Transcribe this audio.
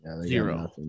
Zero